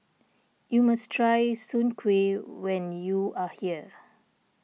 you must try Soon Kway when you are here